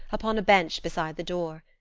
upon a bench beside the door.